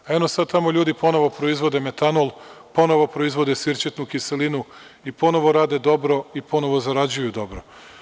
A, eno sada tamo ljudi ponovo proizvode metanol, ponovo proizvode sirćetnu kiselinu i ponovo rade dobro i ponovo zarađuju dobro.